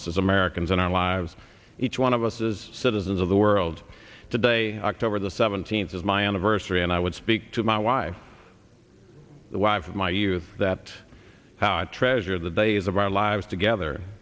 us as americans in our lives each one of us is citizens of the world today october the seventeenth is my anniversary and i would speak to my wife the wives of my youth that how i treasure the days of our lives together